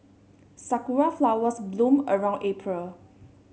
Sakura flowers bloom around April